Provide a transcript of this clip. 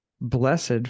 Blessed